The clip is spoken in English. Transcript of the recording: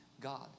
God